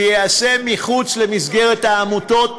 שייעשה מחוץ למסגרת העמותות,